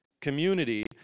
Community